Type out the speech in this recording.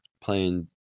Playing